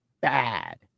bad